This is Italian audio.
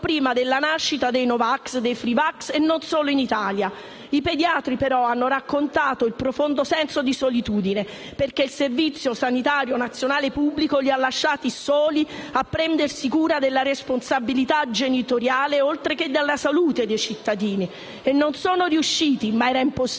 prima della nascita dei no vax, dei *free* vax e non solo in Italia. I pediatri, però, hanno raccontato il profondo senso di solitudine perché il servizio sanitario nazionale pubblico li ha lasciati soli a prendersi cura della responsabilità genitoriale oltre che della salute dei cittadini. Non sono riusciti - ma era impossibile